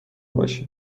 باشه